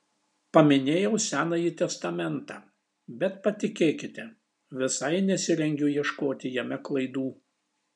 paminėjau senąjį testamentą bet patikėkite visai nesirengiu ieškoti jame klaidų